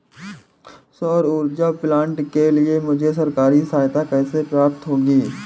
सौर ऊर्जा प्लांट के लिए मुझे सरकारी सहायता कैसे प्राप्त होगी?